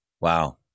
wow